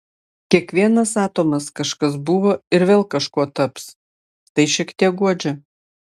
kiekvienas atomas kažkas buvo ir vėl kažkuo taps tai šiek tiek guodžia